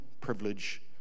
privilege